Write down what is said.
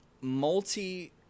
multi